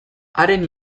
haren